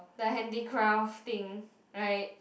the handicraft thing right